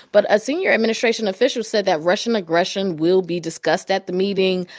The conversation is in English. but a senior administration official said that russian aggression will be discussed at the meeting.